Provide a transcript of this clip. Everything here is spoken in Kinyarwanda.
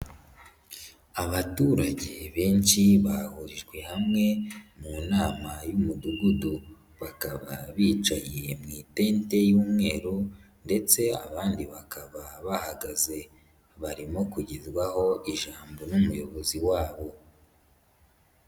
Abaturage benshi bahurijwe hamwe mu nama y'umudugudu, bakaba bicaye mu itente y'umweru ndetse abandi bakaba bahagaze, barimo kugezwaho ijambo n'umuyobozi wabo.